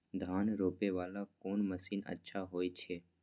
धान रोपे वाला कोन मशीन अच्छा होय छे?